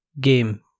game